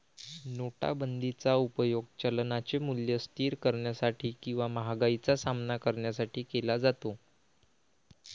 नोटाबंदीचा उपयोग चलनाचे मूल्य स्थिर करण्यासाठी किंवा महागाईचा सामना करण्यासाठी केला जातो